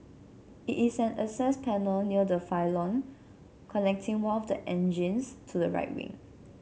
it is an access panel near the pylon connecting one of the engines to the right wing